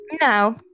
No